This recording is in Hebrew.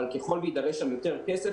אבל ככל שיידרש שם יותר כסף,